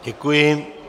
Děkuji.